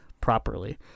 properly